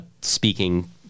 speaking